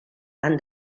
han